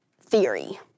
theory